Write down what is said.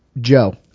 Joe